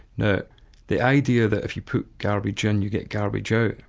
now the idea that if you put garbage in you get garbage out,